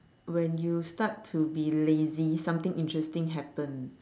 when you start to be lazy something interesting happen